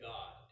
God